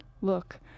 Look